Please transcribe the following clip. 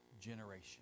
generation